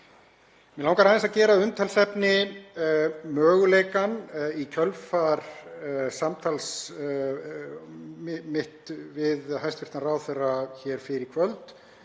Mig langar aðeins að gera að umtalsefni möguleikann, í kjölfar samtals mitt við hæstv. ráðherra hér fyrr í kvöld,